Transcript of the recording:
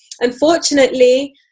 Unfortunately